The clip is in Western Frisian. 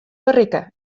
berikke